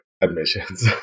admissions